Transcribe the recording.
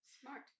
smart